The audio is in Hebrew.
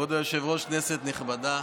כבוד היושב-ראש, כנסת נכבדה,